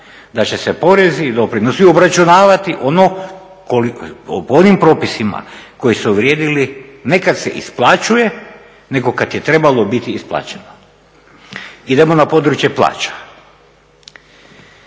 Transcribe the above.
da će se porezi i doprinosi obračunavati po onim propisima koji su vrijedili ne kad se isplaćuje nego kada je trebalo biti isplaćeno. Idemo na područje plaća.